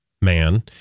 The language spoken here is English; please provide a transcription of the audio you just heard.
man